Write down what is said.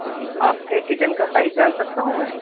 جی آپ کے کچن کا سائز جان سکتا ہوں میں